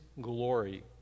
glory